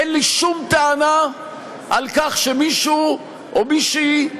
אין לי שום טענה על כך שמישהו או מישהי,